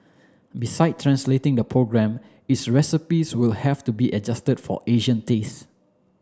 beside translating the program is recipes will have to be adjusted for Asian taste